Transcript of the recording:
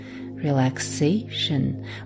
relaxation